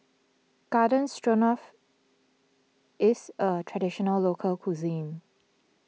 Garden Stroganoff is a Traditional Local Cuisine